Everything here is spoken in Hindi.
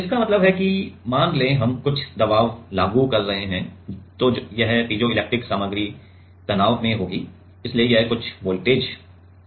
इसका मतलब है कि मान लें कि हम कुछ दबाव लागू कर रहे हैं तो यह पीजोइलेक्ट्रिक सामग्री तनाव में होगी इसलिए यह कुछ वोल्टेज उत्पन्न करेगी